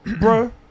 bro